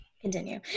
continue